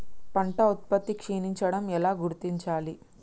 పంట ఉత్పత్తి క్షీణించడం ఎలా గుర్తించాలి?